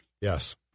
Yes